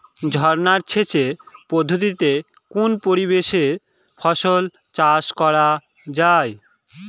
ঝর্না সেচ পদ্ধতিতে কোন পরিবেশে ফসল চাষ করা যায়?